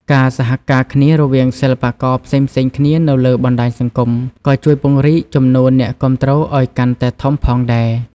ការសហការគ្នារវាងសិល្បករផ្សេងៗគ្នានៅលើបណ្ដាញសង្គម ក៏ជួយពង្រីកចំនួនអ្នកគាំទ្រឲ្យកាន់តែធំផងដែរ។